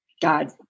God